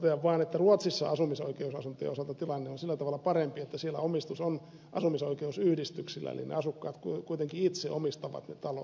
totean vain että ruotsissa asumisoikeusasuntojen osalta tilanne on sillä tavalla parempi että siellä omistus on asumisoikeusyhdistyksillä eli ne asukkaat kuitenkin itse omistavat ne talot